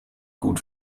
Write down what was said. gut